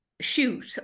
shoot